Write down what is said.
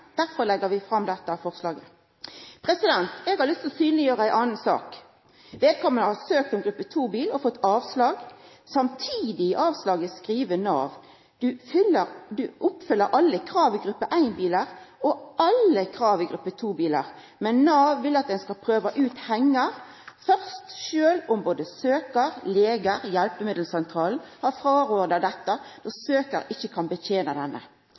Derfor legg vi fram dette forslaget. Eg har lyst til å synleggjera ei anna sak. Vedkomande har søkt om gruppe 2-bil og fått avslag. Samtidig skriv Nav i avslaget at vedkomande oppfyller alle krav til gruppe 1-bil og alle krav til gruppe 2-bil, men Nav vil at ein skal prøva ut hengar først, sjølv om både søkjaren, legane og hjelpemiddelsentralen har frårådd dette då søkjaren ikkje kan